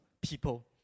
people